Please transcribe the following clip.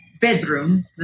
bedroom